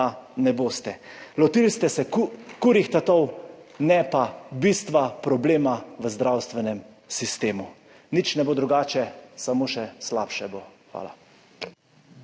ne boste. Lotili ste se kurjih tatov, ne pa bistva problema v zdravstvenem sistemu. Nič ne bo drugače, samo še slabše bo. Hvala.